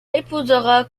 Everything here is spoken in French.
épousera